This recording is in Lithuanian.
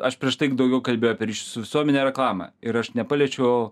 aš prieš tai daugiau kalbėjau su visuomene reklamą ir aš nepaliečiau